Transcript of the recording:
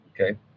Okay